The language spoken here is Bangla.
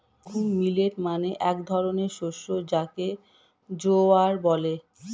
সর্ঘুম মিলেট মানে এক ধরনের শস্য যাকে জোয়ার বলে